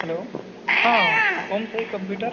hello हा Om Sai computers